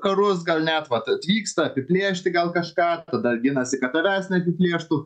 karus gal vat atvyksta apiplėšti gal kažką tada ginasi kad tavęs neapiplėštų